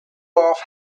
off